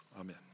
Amen